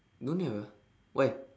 no have ah why